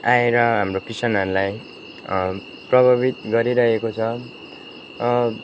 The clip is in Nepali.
आएर हाम्रो किसानहरूलाई प्रभावित गरिरहेको छ